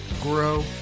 grow